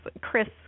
Chris